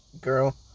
Girl